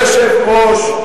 אדוני היושב-ראש,